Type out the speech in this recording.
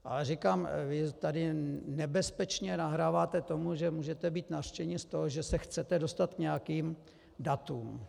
Ale říkám, vy tu nebezpečně nahráváte tomu, že můžete být nařčeni z toho, že se chcete dostat k nějakým datům.